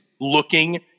looking